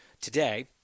today